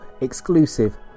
exclusive